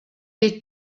des